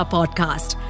Podcast